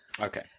okay